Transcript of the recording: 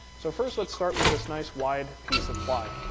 so first let's start with this nice wide piece of ply.